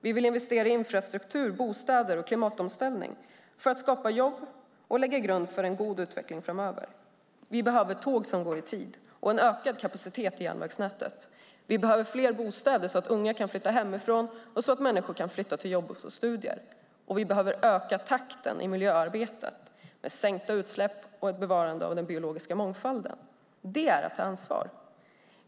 Vi vill investera i infrastruktur, bostäder och klimatomställning för att skapa jobb och lägga grund för en god utveckling framöver. Vi behöver tåg som går i tid och en ökad kapacitet i järnvägsnätet. Vi behöver fler bostäder så att unga kan flytta hemifrån och människor kan flytta till jobb och studier. Vi behöver öka takten i miljöarbetet med sänkta utsläpp och ett bevarande av den biologiska mångfalden. Det är att ta ansvar.